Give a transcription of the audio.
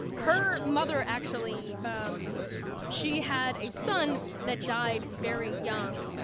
her mother actually, um she had a son that died very young,